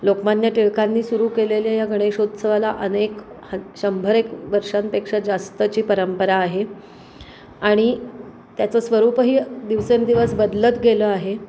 लोकमान्य टिळकांनी सुरू केलेल्या या गणेशोत्सवाला अनेक ह शंभर एक वर्षांपेक्षा जास्तची परंपरा आहे आणि त्याचं स्वरूपही दिवसेंदिवस बदलत गेलं आहे